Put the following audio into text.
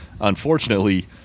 Unfortunately